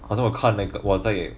可是我看那个我在